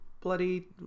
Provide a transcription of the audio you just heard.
bloody